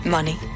Money